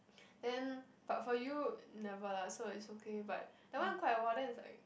then but for you never lah so it's okay but that one quite a while then it's like